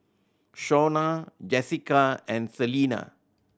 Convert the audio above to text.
Shonna Jessika and Salina